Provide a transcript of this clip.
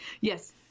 yes